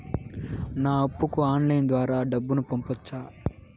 నా అప్పుకి ఆన్లైన్ ద్వారా డబ్బును పంపొచ్చా